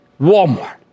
Walmart